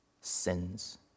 sins